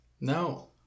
No